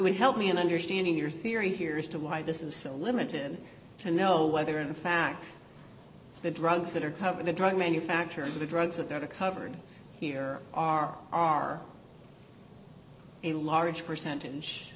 would help me in understanding your theory here is to why this is so limited to know whether in fact the drugs that are coming the drug manufacturers of the drugs that are covered here are our a large percentage